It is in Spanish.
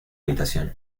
habitación